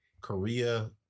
Korea